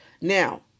Now